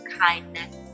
kindness